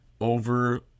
over